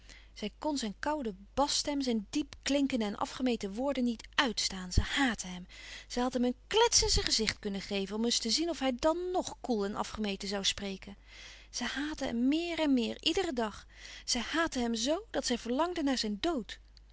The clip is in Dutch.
zij kon zijn koude basstem zijn diep klinkende en afgemeten woorden niet uitstaan zij haatte hem zij had hem een klèts in zijn gezicht kunnen geven om eens te zien of hij dan ng koel en afgemeten zoû spreken zij haatte hem meer en meer iederen dag zij haatte hem zoo dat zij verlangde naar zijn dood